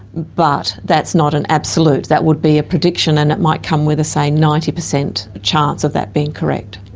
but that's not an absolute, that would be a prediction, and it might come with a, say, ninety percent chance of that being correct.